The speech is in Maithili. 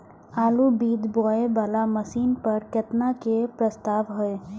आलु बीज बोये वाला मशीन पर केतना के प्रस्ताव हय?